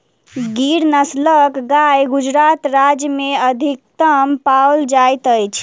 गिर नस्लक गाय गुजरात राज्य में अधिकतम पाओल जाइत अछि